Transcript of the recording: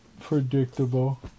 Predictable